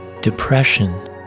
depression